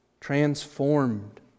transformed